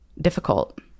difficult